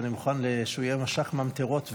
שאני מוכן שהוא יהיה מש"ק ממטרות,